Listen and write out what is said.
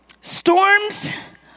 Storms